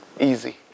Easy